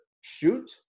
shoot